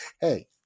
hey